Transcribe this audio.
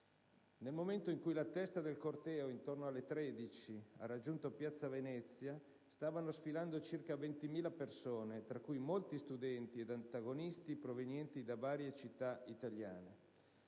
Nel momento in cui la testa del corteo, intorno alle 13, ha raggiunto piazza Venezia stavano sfilando circa 20.000 persone, tra cui molti studenti e antagonisti provenienti da varie città italiane.